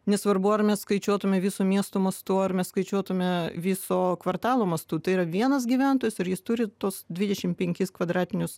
nesvarbu ar mes skaičiuotume viso miesto mastu ar mes skaičiuotume viso kvartalo mastu tai yra vienas gyventojas ir jis turi tuos dvidešimt penkis kvadratinius